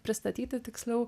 pristatyti tiksliau